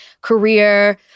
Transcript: career